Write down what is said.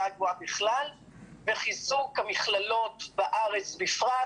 הגבוהה בכלל וחיזוק המכללות בארץ בפרט,